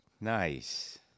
Nice